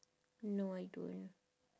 no I don't